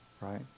right